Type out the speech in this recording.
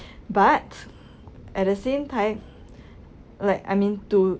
but at the same time like I mean to